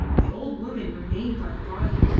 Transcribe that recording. the old woman remained by the body.